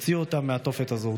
הוציאו אותם מהתופת הזו.